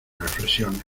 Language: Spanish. reflexiones